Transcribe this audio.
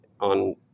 on